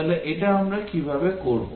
তাহলে এটা আমরা কিভাবে করব